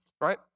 right